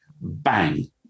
bang